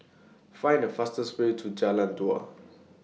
Find The fastest Way to Jalan Dua